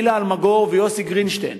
גילה אלמגור ודוד גרינשטיין,